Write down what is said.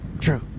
True